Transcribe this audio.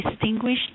distinguished